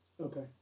Okay